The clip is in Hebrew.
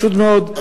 פשוט מאוד,